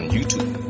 YouTube